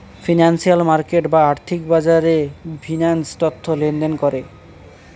financial market বা আর্থিক বাজারে ফিন্যান্স তথ্য লেনদেন করে